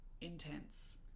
intense